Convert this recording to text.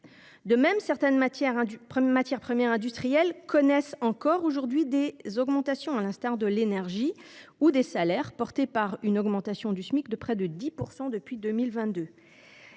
De même, certaines matières premières industrielles connaissent encore aujourd’hui des augmentations, à l’instar de l’énergie ou des salaires, portés par une augmentation du Smic de près de 10 % depuis le